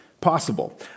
possible